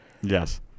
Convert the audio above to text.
Yes